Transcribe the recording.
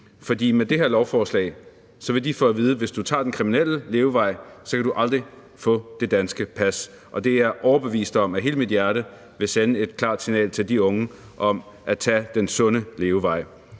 For med det her lovforslag vil de få at vide, at hvis de vælger den kriminelle levevej, vil de aldrig få det danske pas, og det er jeg overbevist om af hele mit hjerte vil sende et klart signal til de unge om at vælge den sunde levevej.